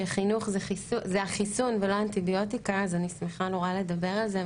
שחינוך זה החיסון ולא האנטיביוטיקה אז אני שמחה נורא לדבר על זה,